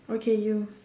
okay you